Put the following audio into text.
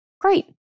Great